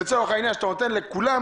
לצורך העניין שאתה נותן לכולם,